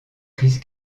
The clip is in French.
crise